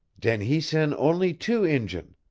den he sen' onlee two injun.